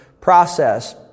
process